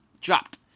dropped